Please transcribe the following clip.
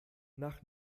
nach